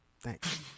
thanks